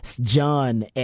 John